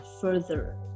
further